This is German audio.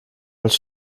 als